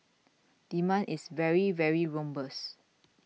demand is very very robust